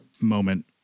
moment